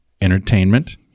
entertainment